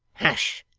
hush!